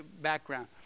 background